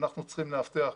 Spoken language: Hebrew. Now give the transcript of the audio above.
אנחנו צריכים לאבטח.